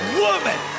woman